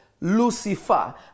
Lucifer